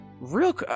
Real